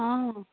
ହଁ ହଁ